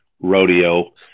rodeo